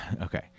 okay